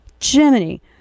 Jiminy